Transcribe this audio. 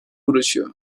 uğraşıyor